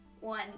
one